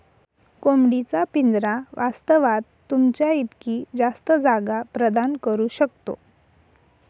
कोंबडी चा पिंजरा वास्तवात, तुमच्या इतकी जास्त जागा प्रदान करू शकतो